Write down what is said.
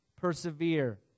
Persevere